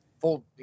full